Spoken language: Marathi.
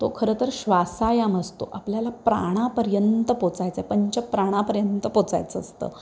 तो खरंतर श्वासायम असतो आपल्याला प्राणापर्यंत पोहचायचं आहे पंच प्राणापर्यंत पोहचायचं असतं